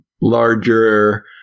larger